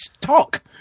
talk